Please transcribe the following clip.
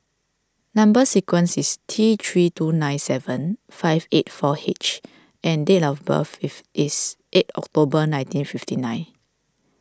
Number Sequence is T three two nine seven five eight four H and date of birth if is eight October nineteen fifty nine